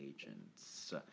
agents